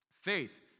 faith